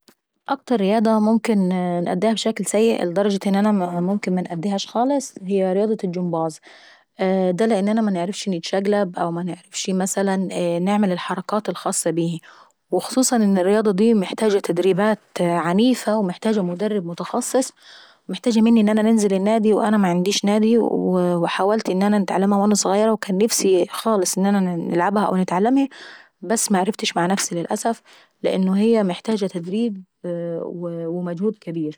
اكتر رياضة ممكن نأديها بشكل سيء لدرجة ان انا ممكن منأديهاش خالص هي رياضة الجمباز. دا لان انا منعرفش نتشقلب او منعرفش مثلا نعمل الحركات الخاصة بيهي. وخصوصا ان الرياضة دي محتاجة تدريبات عنيفة ومحتاجة مدرب متخصص ومحتاجة مني ان انا ننزل النادي وانا معنديش نادي. وحاولت نتعلماه أوان ظغيرة وكان نفسي خالص ان نلعبها او نتعلمهي بس معرفتش للأسف لان هي محتاجة تدريب ومجهود كابير.